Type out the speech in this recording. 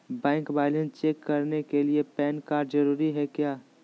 Bank balance check करने के लिए पैन कार्ड जरूरी है क्या?